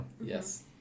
Yes